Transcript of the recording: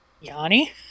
Yanni